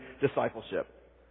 discipleship